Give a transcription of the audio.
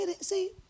See